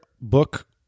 book